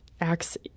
acts